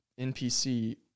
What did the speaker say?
NPC